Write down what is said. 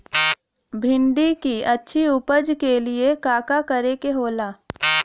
भिंडी की अच्छी उपज के लिए का का करे के होला?